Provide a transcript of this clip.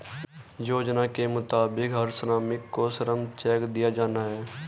योजना के मुताबिक हर श्रमिक को श्रम चेक दिया जाना हैं